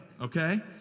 okay